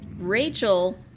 Rachel